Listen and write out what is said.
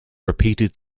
repeated